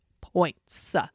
points